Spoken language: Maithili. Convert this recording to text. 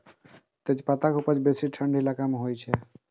तेजपत्ता के उपजा बेसी ठंढा इलाका मे होइ छै